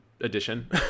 edition